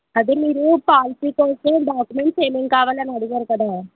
అదే మీరు పాలసీ కోసం డాక్యుమెంట్స్ ఏమేమి కావాలని అడిగారు కదా